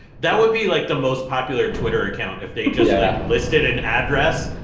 that would be like the most popular twitter account, if they just yeah listed an address